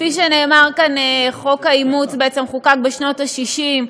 כפי שנאמר כאן, חוק האימוץ בעצם חוקק בשנות ה-60,